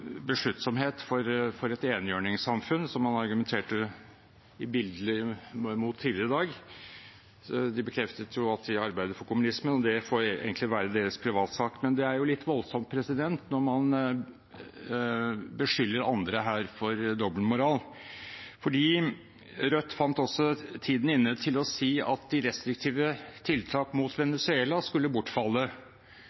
besluttsomhet for et enhjørningssamfunn, som han argumenterte billedlig mot tidligere i dag – til å bekrefte at de arbeider for kommunismen. Det får egentlig være en privatsak, men det er litt voldsomt når man beskylder andre her for dobbeltmoral. Rødt fant også tiden inne til å si at de restriktive tiltakene mot Venezuela skulle bortfalle, også de sanksjonene som regjeringen har innført. I desember 2017 innførte regjeringen restriktive tiltak